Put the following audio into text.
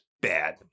bad